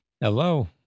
Hello